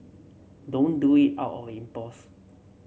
don't do it out of impulse